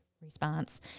response